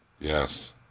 Yes